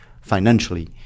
financially